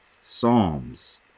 psalms